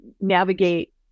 navigate